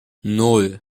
nan